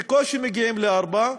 בקושי מגיעים ל-4,